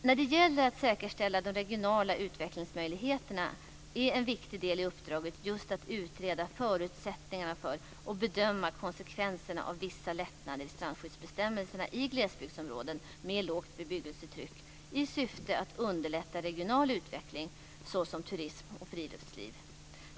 När det gäller att säkerställa de regionala utvecklingsmöjligheterna är en viktig del i uppdraget just att utreda förutsättningarna för och bedöma konsekvenserna av vissa lättnader i strandskyddsbestämmelserna i glesbygdsområden med lågt bebyggelsetryck i syfte att underlätta regional utveckling såsom turism och friluftsliv.